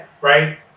right